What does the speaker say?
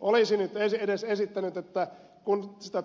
olisi nyt edes samalla esittänyt myös että kun sitä